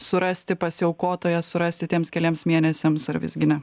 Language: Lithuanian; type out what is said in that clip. surasti pasiaukotoją surasti tiems keliems mėnesiams ar visgi ne